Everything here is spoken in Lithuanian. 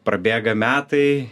prabėga metai